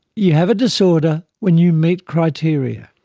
you have a disorder when you meet criteria.